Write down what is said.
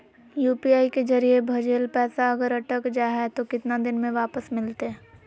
UPI के जरिए भजेल पैसा अगर अटक जा है तो कितना दिन में वापस मिलते?